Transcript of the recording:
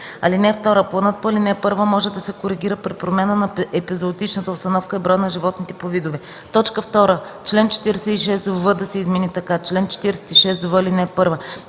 година. (2) Планът по ал. 1 може да се коригира при промяна на епизоотичната обстановка и броя на животните по видове.” 2. Член 46в да се измени така: „Чл. 46в. (1)